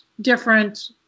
different